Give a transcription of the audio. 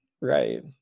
Right